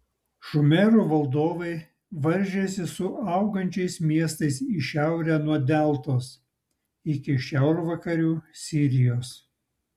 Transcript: šumerų valdovai varžėsi su augančiais miestais į šiaurę nuo deltos iki šiaurvakarių sirijos